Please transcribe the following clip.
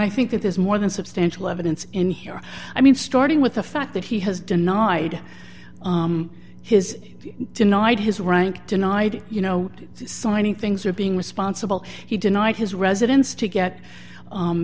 i think that there's more than substantial evidence in here i mean starting with the fact that he has denied his denied his rank denied you know signing things or being responsible he denied his residence to get